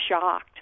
shocked